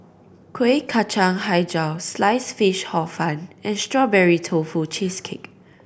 Kuih Kacang Hijau Sliced Fish Hor Fun and Strawberry Tofu Cheesecake